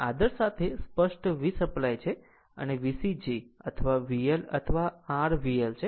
આદર સાથે સ્પષ્ટ v સપ્લાય છે આમ જ VC g અથવા VL આ r VL છે